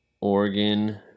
Oregon